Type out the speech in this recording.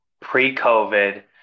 pre-COVID